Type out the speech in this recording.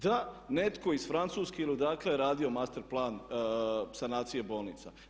Da, netko iz Francuske ili odakle je radio master plan sanacije bolnica.